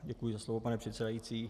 Děkuji za slovo, pane předsedající.